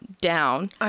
down